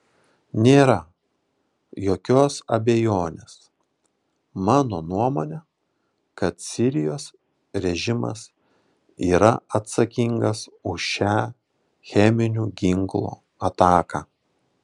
nėra jokios abejonės mano nuomone kad sirijos režimas yra atsakingas už šią cheminių ginklų ataką